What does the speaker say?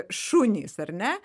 šunys ar ne